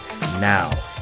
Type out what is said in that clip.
now